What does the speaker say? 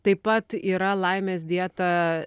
taip pat yra laimės dieta